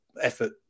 effort